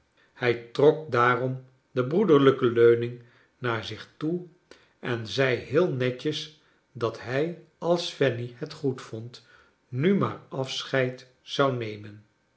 hij trok daarom de broederlijke leuning naar zich toe en zei heel netjes dat hij als fanny het goedvond nu maar afscheid zou nemen